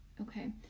okay